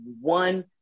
one